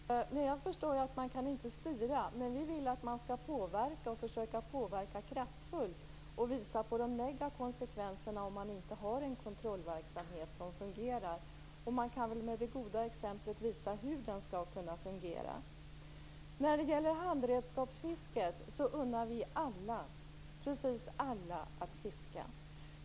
Fru talman! Jag förstår att man inte kan styra detta, men vi vill att man skall försöka påverka kraftfullt och visa på de negativa konsekvenserna om man inte har en kontrollverksamhet som fungerar. Med det goda exemplet kan man visa hur det skulle kunna fungera. När det gäller handredskapsfisket unnar vi precis alla att fiska.